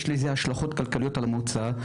יש לזה השלכות כלכליות על המועצה.